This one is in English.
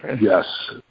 yes